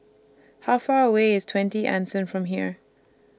How Far away IS twenty Anson from here